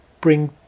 bring